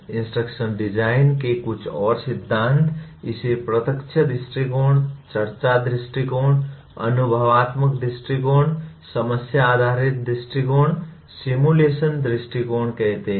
instructional design के कुछ और सिद्धांत इसे प्रत्यक्ष दृष्टिकोण चर्चा दृष्टिकोण अनुभवात्मक दृष्टिकोण समस्या आधारित दृष्टिकोण सिमुलेशन दृष्टिकोण कहते हैं